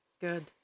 Good